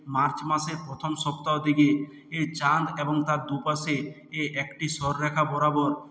March মাসের প্রথম সপ্তাহ দিকে চাঁদ এবং তার দু পাশে একটি সরলরেখা বরাবর